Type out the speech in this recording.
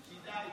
היא תדע.